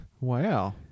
Wow